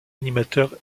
animateur